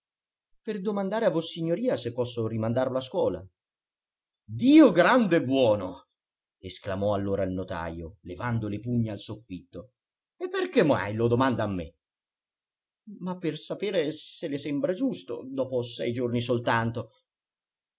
per domandare a vossignoria se posso rimandarlo a scuola dio grande e buono esclamò allora il notajo levando le pugna al soffitto e perché lo domandi a me ma per sapere se le sembra giusto dopo sei giorni soltanto